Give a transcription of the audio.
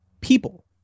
people